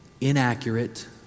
inaccurate